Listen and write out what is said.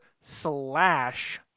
slash